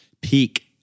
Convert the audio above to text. peak